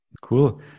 Cool